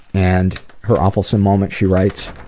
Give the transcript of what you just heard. and her awfulsome moment she writes